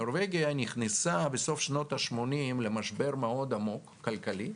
נורבגיה נכנסה בסוף שנות ה-80 למשבר כלכלי עמוק מאוד,